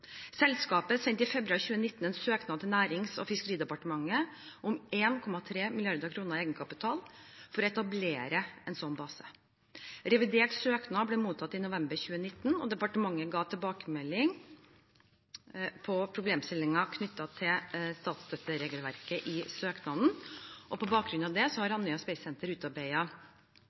Selskapet sendte i februar 2019 en søknad til Nærings- og fiskeridepartementet om 1,3 mrd. kr i egenkapital for å etablere en slik base. Revidert søknad ble mottatt i november 2019. Departementet ga så tilbakemelding på problemstillingen knyttet til statsstøtteregelverket i søknaden. På bakgrunn av det har Andøya